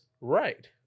right